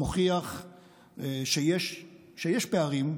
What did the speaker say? זה שיש פערים,